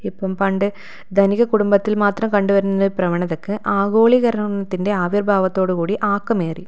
ഇപ്പം പണ്ട് ധനിക കുടുംബത്തിൽ മാത്രം കണ്ടു വരുന്നൊരു പ്രവണതക്ക് ആഗോളീകരണത്തിൻ്റെ ആവിർഭാവത്തോടുകൂടി ആക്കം ഏറി